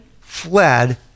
fled